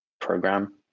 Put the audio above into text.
program